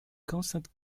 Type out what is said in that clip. constant